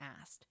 asked